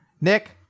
Nick